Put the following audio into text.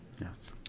yes